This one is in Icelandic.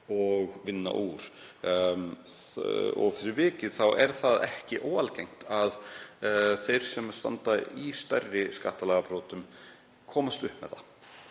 og vinna úr. Fyrir vikið er það ekki óalgengt að þeir sem standa í stærri skattalagabrotum komist hreinlega upp með það.